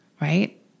right